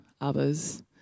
others